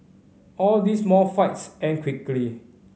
all these small fights end quickly